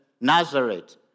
Nazareth